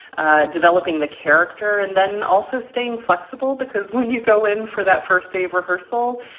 ah developing the character and then also staying flexible. because when you go in for that first day of rehearsal,